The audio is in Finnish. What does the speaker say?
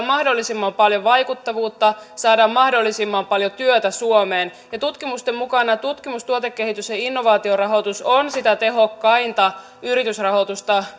mahdollisimman paljon vaikuttavuutta saadaan mahdollisimman paljon työtä suomeen ja tutkimusten mukaan tutkimus tuotekehitys ja innovaatiorahoitus on sitä tehokkainta yritysrahoitusta